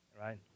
right